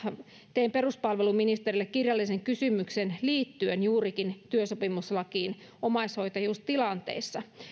tein peruspalveluministerille kirjallisen kysymyksen liittyen juurikin työsopimuslakiin omaishoitajuustilanteissa